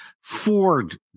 Ford